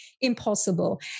impossible